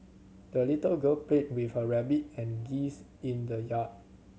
the little girl played with her rabbit and geese in the yard